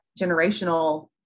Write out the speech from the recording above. generational